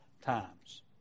times